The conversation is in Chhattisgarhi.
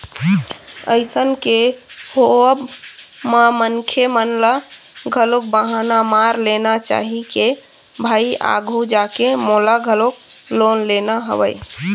अइसन के होवब म मनखे मन ल घलोक बहाना मार देना चाही के भाई आघू जाके मोला घलोक लोन लेना हवय